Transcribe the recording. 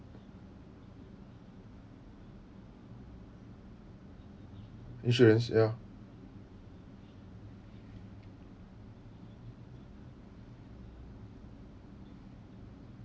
insurance ya